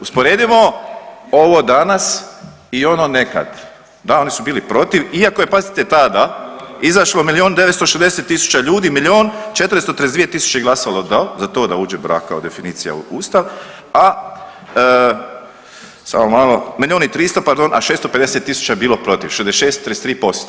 Usporedimo ovo danas i ono nekad, da oni su bili protiv iako je pazite tada izašlo milijun 960 tisuća ljudi, milijun 432 tisuće je glasalo za to da uđe brak kao definicija u ustav, a samo malo, milijun i 300, pardon, a 650 tisuća je bilo protiv, 66 i 33%